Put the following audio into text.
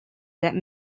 that